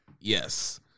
yes